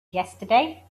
yesterday